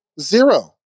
Zero